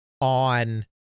on